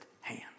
hand